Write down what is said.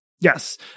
Yes